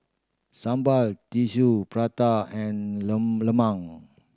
sambal Tissue Prata and lemang